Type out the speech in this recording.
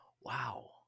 Wow